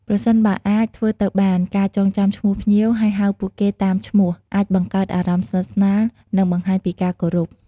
ប្រសិនបើអាចធ្វើទៅបាន ការចងចាំឈ្មោះភ្ញៀវ ហើយហៅពួកគេតាមឈ្មោះ អាចបង្កើតអារម្មណ៍ស្និទ្ធស្នាល និងបង្ហាញពីការគោរព។